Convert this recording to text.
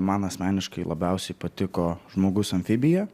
man asmeniškai labiausiai patiko žmogus amfibija